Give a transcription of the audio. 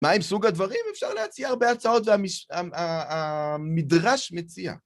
מה הם סוג הדברים? אפשר להציע הרבה הצעות והמדרש מציע.